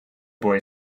boy